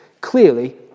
Clearly